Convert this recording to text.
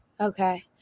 Okay